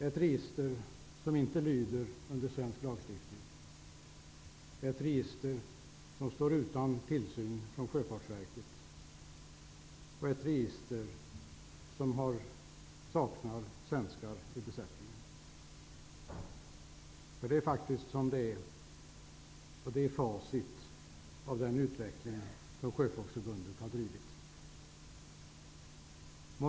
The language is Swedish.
Ett register som inte lyder under svensk lagstiftning, ett register som står utan tillsyn från Sjöfartsverket, ett register med fartyg som saknar svenskar i besättningen -- det är faktiskt så det är. Det är facit av den utveckling som Sjöfolksförbundet har drivit fram.